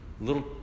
little